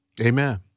Amen